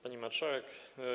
Pani Marszałek!